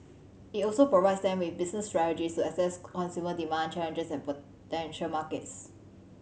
it also provides them with business strategies to assess consumer demand challenges and potential markets